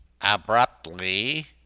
Abruptly